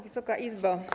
Wysoka Izbo!